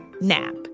nap